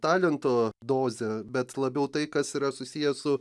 talento dozė bet labiau tai kas yra susiję su